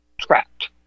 trapped